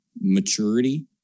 maturity